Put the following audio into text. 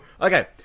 okay